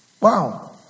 wow